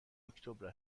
اکتبر